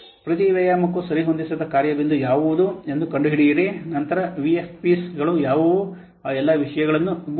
ಪ್ರತಿ ವ್ಯಾಯಾಮಕ್ಕೂ ಸರಿಹೊಂದಿಸದ ಕಾರ್ಯ ಬಿಂದು ಯಾವುದು ಎಂದು ಕಂಡುಹಿಡಿಯಿರಿ ನಂತರ ವಿಎಎಫ್ಗಳು ಯಾವುವು ಆ ಎಲ್ಲಾ ವಿಷಯಗಳನ್ನು ಗುಣಿಸಿ